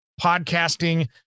podcasting